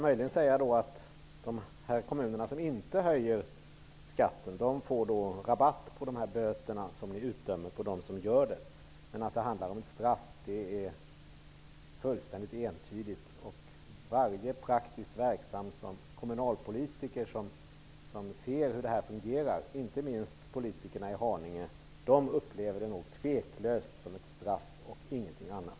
Möjligen kan man säga att de kommuner som inte höjer skatten får rabatt på de böter som ni utdömer för dem som gör det. Att det handlar om straff är fullständigt entydigt. Varje praktiskt verksam kommunalpolitiker som ser hur det fungerar, inte minst politikerna i Haninge, upplever det otvivelaktigt som ett straff och ingenting annat.